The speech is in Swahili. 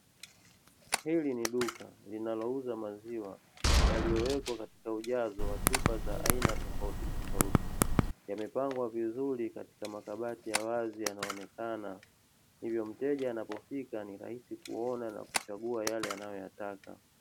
Hili ni duka linalouza maziwa yaliyowekwa katika ujazo wa chupa za aina tofautitofauti, yamepangwa vizuri katika makabati ya wazi yanayoonekana, hivyo mteja anapofika ni rahisi kuona na kuchagua yale anayoyataka.